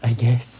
I guess